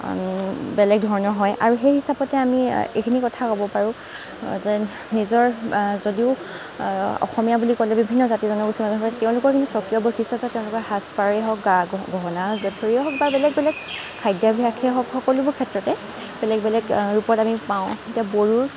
বেলেগ ধৰণৰ হয় আৰু সেই হিচাপতে আমি এইখিনি কথা ক'ব পাৰোঁ যে নিজৰ যদিও অসমীয়া বুলি ক'লে বিভিন্ন জাতি জনগোষ্ঠীৰ মানুহবোৰে তেওঁলোকৰ সেই স্বকীয়তা তেওঁলোকৰ সাজ পাৰেই হওঁক গা গহনা গাথৰিয়েই হওঁক বা বেলেগ বেলেগ খাদ্যাভাসেই হওঁক সকলোবোৰ ক্ষেত্ৰতে বেলেগ বেলেগ ৰূপত আমি পাওঁ এতিয়া বড়োৰ